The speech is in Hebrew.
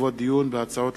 הצעות